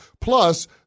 Plus